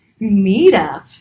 meetup